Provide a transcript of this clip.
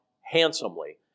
handsomely